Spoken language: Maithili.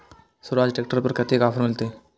स्वराज ट्रैक्टर पर कतेक ऑफर मिलते?